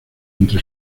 entre